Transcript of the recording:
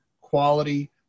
quality